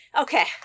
Okay